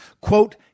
quote